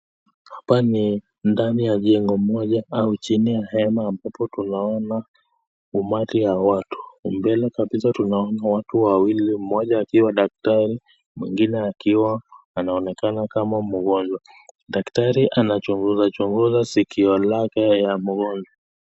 Hapa ni ndani ya jengo moja au chini ya hema ambapo tunaona umati ya watu. Mbele kabisa tunaona watu wawili, mmoja akiwa daktari, mwingine akiwa anaonekana kama mgonjwa. Daktari anachunguza chunguza sikio lake ya mgonjwa.